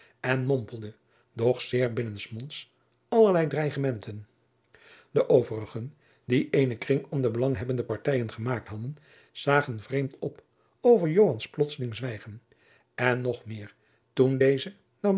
en mompelde doch zeer binnensmonds allerlei dreigementen de overigen die eenen kring om de belanghebbende partijen gemaakt hadden zagen vreemd op over joans plotseling zwijgen en nog meer toen deze